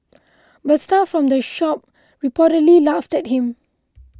but staff from the shop reportedly laughed at him